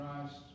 Christ